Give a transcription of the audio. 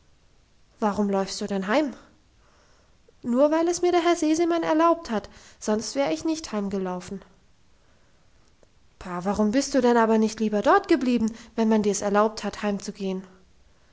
warum läufst du denn heim nur weil es mir der herr sesemann erlaubt hat sonst wär ich nicht heimgelaufen pah warum bist du denn aber nicht lieber dort geblieben wenn man dir's erlaubt hat heimzugehen